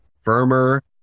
firmer